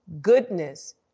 goodness